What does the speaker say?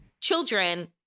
children